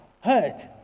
hurt